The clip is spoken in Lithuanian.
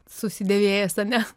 susidėvėjęs ar ne